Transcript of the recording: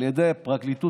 על ידי פרקליטות,